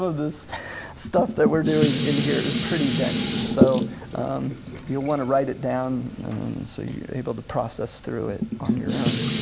of the stuff that we're doing in here is pretty dense. so you'll want to write it down so you're able to process through it on your own.